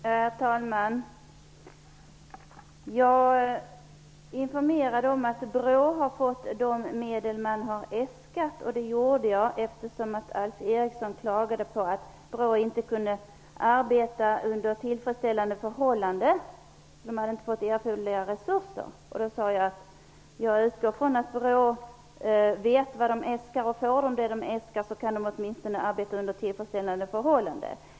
Herr talman! Jag informerade om att man inom BRÅ har fått de medel man har äskat. Jag gjorde det därför att Alf Eriksson klagade på att BRÅ inte kunde arbeta under tillfredsställande förhållanden, eftersom man inte hade fått erforderliga resurser. Som jag sade i mitt anförande utgår jag från att man inom BRÅ vet vad man äskar, och får man vad man äskar kan man åtminstone arbeta under tillfredsställande förhållanden.